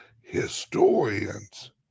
historians